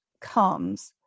comes